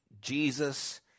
jesus